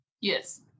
Yes